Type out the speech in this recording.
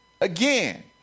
Again